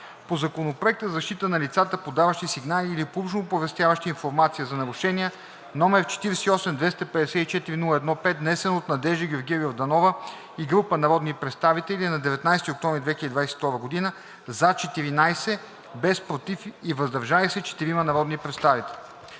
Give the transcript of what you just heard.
по Законопроект за защита на лицата, подаващи сигнали или публично оповестяващи информация за нарушения, № 48-254-01-5, внесен от Надежда Георгиева Йорданова и група народни представители на 19 октомври 2022 г.: „за“ – 14 гласа, без „против“ и „въздържал се“ – 4 народни представители;